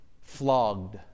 flogged